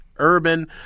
urban